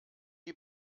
die